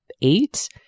eight